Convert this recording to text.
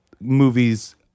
movie's